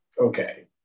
okay